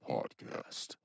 Podcast